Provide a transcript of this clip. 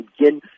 again